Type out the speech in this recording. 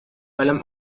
فلم